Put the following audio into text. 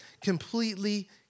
completely